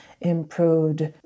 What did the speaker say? improved